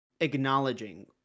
acknowledging